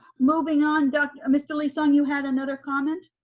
moving on mr. lee-sung, you had another comment.